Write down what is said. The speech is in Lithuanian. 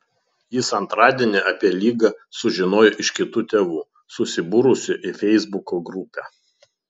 jis antradienį apie ligą sužinojo iš kitų tėvų susibūrusių į feisbuko grupę